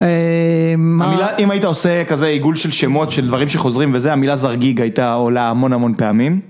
אם היית עושה כזה עיגול של שמות של דברים שחוזרים וזה המילה זרגיג הייתה עולה המון המון פעמים?